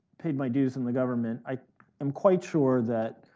paid my dues in the government, i am quite sure that